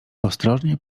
ostrożnie